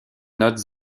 notes